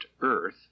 Earth